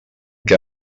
que